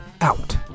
out